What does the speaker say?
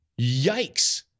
Yikes